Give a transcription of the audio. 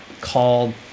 called